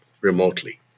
remotely